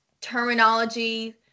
terminology